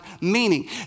meaning